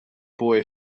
boy